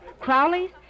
Crowley's